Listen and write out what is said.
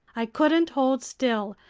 i couldn't hold still.